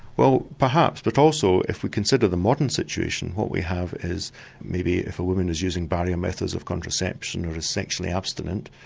well perhaps, but also if we consider the modern situation, what we have is maybe if a woman is using barrier methods of contraception or is sexually abstinent,